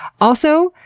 also,